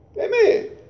Amen